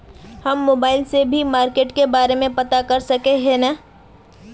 हम मोबाईल से भी मार्केट के बारे में पता कर सके है नय?